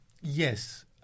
Yes